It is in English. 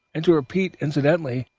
and to repeat, incidentally,